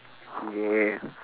mm yeah